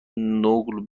نقل